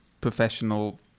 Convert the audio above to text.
professional